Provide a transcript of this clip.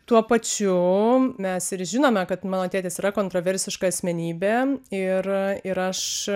tuo pačiu mes ir žinome kad mano tėtis yra kontroversiška asmenybė ir ir aš